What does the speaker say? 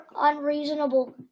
unreasonable